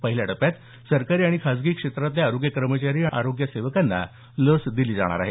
पहिल्या टप्प्यात सरकारी आणि खासगी क्षेत्रातले आरोग्य कर्मचारी आणि आरोग्य सेवकांना लस दिली जाणार आहे